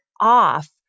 off